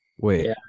Wait